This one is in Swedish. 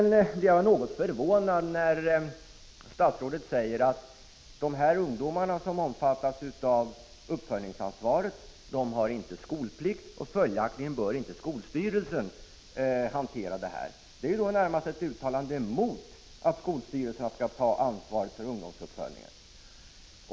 Jag blev något förvånad när statsrådet sade att de ungdomar som omfattas av uppföljningsansvaret inte har skolplikt och att skolstyrelsen följaktligen inte skall hantera frågan. Det är ju närmast ett uttalande emot att skolstyrelserna skall ta ansvar för ungdomsuppföljningen.